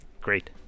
Great